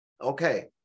Okay